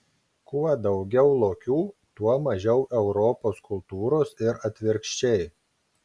kuo daugiau lokių tuo mažiau europos kultūros ir atvirkščiai